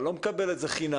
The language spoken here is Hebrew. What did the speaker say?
אתה לא מקבל את זה חינם.